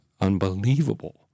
unbelievable